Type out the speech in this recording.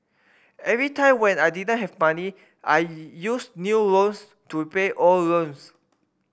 every time when I didn't have money I used new loans to repay old loans